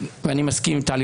ואני מסכים עם טלי,